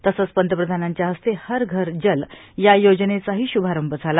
तसंच पंतप्रधानांच्या हस्ते हर घर जल या योजनेचाही शुभारंभ झाला